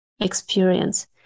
experience